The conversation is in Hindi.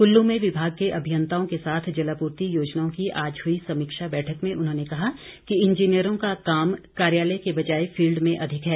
कुल्लू में विभाग के अभियंताओं के साथ जलापूर्ति योजनाओं की आज हुई समीक्षा बैठक में उन्होंने कहा कि इंजीनियरों का काम कार्यालय के बजाए फील्ड में अधिक है